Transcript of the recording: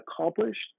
accomplished